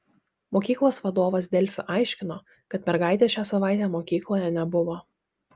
mokyklos vadovas delfi aiškino kad mergaitės šią savaitę mokykloje nebuvo